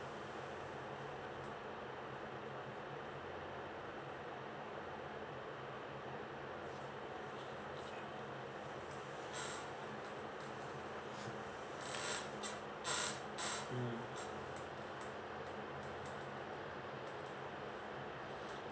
mm